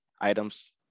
items